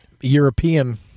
European